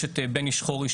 יש את בני שחורי